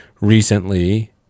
Recently